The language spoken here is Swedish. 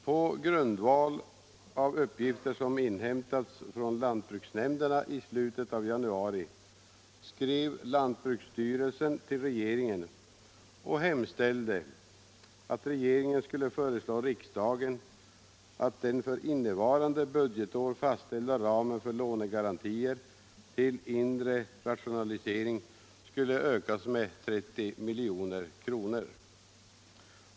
På grundval av uppgifter som inhämtats från lantbruksnämnderna i slutet av januari skrev lantbruksstyrelsen till regeringen och hemställde att regeringen skulle föreslå riksdagen att den för innevarande budgetår fastställda ramen för lånegarantier till inre rationalisering skulle ökas med 30 milj.kr.